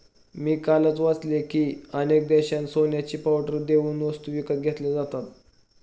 मी कालच वाचले की, अनेक देशांत सोन्याची पावडर देऊन वस्तू विकत घेतल्या जातात